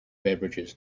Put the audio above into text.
beverages